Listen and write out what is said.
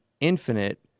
Infinite